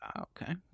Okay